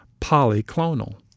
polyclonal